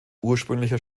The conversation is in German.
ursprünglicher